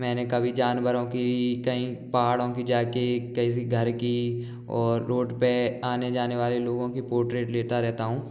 मैंने कभी जानवरों की कहीं पहाड़ों की जा के कई से घर की और रोड पे आने जाने वाले लोगों की पोर्ट्रेट लेता रहता हूँ